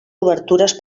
obertures